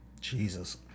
jesus